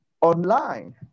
online